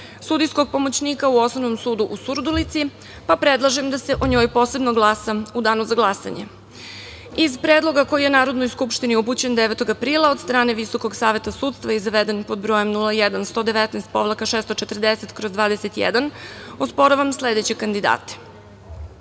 sudijskog pomoćnika u Osnovnom sudu u Surdulici, pa predlažem da se o njoj posebno glasa u danu za glasanje. Iz predloga koji je Narodnoj skupštini upućen 9. aprila od strane Visokog saveta sudstva i zaveden pod brojem 01 119-640/21 osporavam sledeće kandidate: